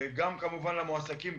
גם כמובן למועסקים,